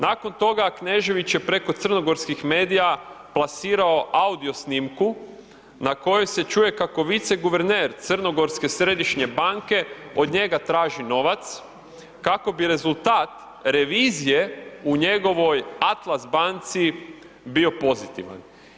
Nakon toga Knežević je preko crnogorskih medija plasirao audio snimku na kojoj se čuje kako viceguverner crnogorske Središnje banke od njega traži novac kako bi rezultat revizije u njegovoj Atlas banci bio pozitivan.